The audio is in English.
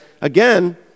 again